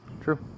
True